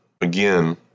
again